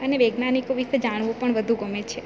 અને વૈજ્ઞાનિકો વિશે જાણવું પણ વધુ ગમે છે